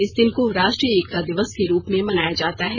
इस दिन को राष्ट्रीय एकता दिवस के रूप में मनाया जाता है